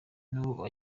n’uwo